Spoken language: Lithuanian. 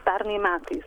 pernai metais